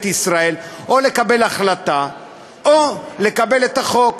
ישראל או לקבל החלטה או לקבל את החוק.